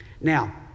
Now